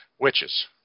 witches